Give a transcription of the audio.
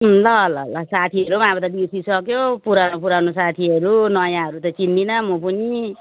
उम् ल ल साथीहरू पनि अब त बिर्सिसक्यो पुरानो पुरानो साथीहरू नयाँहरू त चिन्दिनँ म पनि